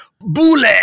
bullet